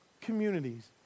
communities